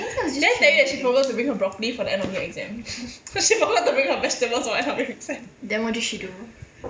did I tell you that she forgot to bring her broccoli for the end of year exam cause she forgot to bring her vegetables